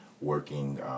working